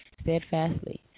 steadfastly